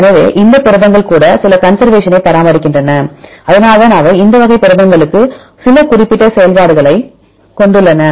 எனவே இந்த புரதங்கள் கூட சில கன்சர்வேஷன்னை பராமரிக்கின்றன அதனால்தான் அவை இந்த வகை புரதங்களுக்கு சில குறிப்பிட்ட செயல்பாடுகளைக் கொண்டுள்ளன